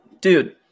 Dude